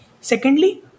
secondly